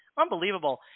Unbelievable